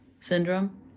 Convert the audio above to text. syndrome